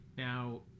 Now